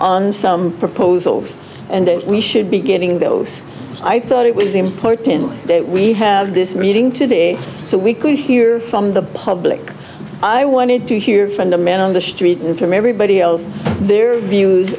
on some proposals and that we should be giving those i thought it was important that we have this meeting today so we could hear from the public i wanted to hear from the man on the street and from everybody else their views